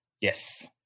Yes